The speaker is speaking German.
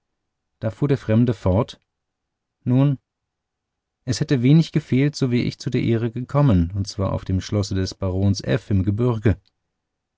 da fuhr der fremde fort nun es hätte wenig gefehlt so wäre ich zu der ehre gekommen und zwar auf dem schlosse des barons f im gebürge